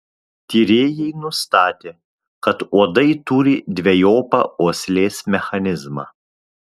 tyrėjai nustatė kad uodai turi dvejopą uoslės mechanizmą